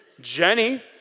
Jenny